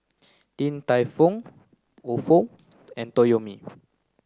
Din Tai Fung Ofo and Toyomi